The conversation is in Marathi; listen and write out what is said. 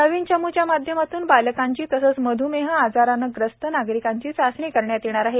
नवीन चमूच्या माध्यमातून बालकांची तसेच मध्मेह आज़राने त्रस्त नागरिकांची चाचणी करण्यात येणार आहे